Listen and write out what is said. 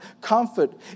Comfort